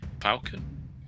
falcon